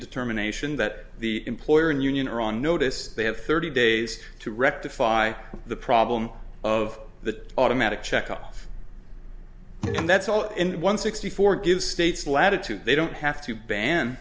determination that the employer and union are on notice they have thirty days to rectify the problem of the automatic check up and that's all in one sixty four gives states latitude they don't have to ban